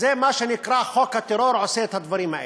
מה שנקרא חוק הטרור עושה את הדברים האלה.